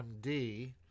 MD